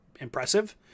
impressive